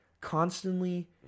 Constantly